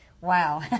Wow